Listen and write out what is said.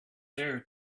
there